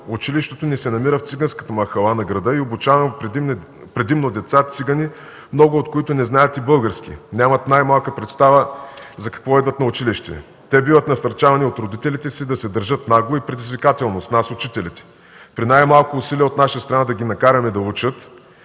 Училището ни се намира в циганската махала на града и обучаваме предимно деца-цигани, много от които не знаят и български, нямат най-малка представа за какво идват на училище. Те биват насърчавани от родителите си да се държат нагло и предизвикателно с нас, учителите. При най-малко усилие от наша страна да ги накараме да учат